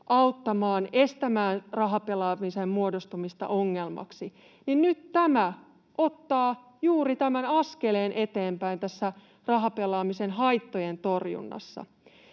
auttamaan, estämään rahapelaamisen muodostumista ongelmaksi. Nyt tämä ottaa juuri tämän askeleen eteenpäin tässä rahapelaamisen haittojen torjunnassa.